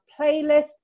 playlist